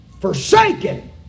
forsaken